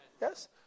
Yes